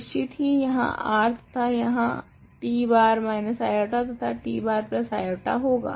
निश्चित ही यहाँ R तथा यहाँ t bar -i तथा t bar i होगा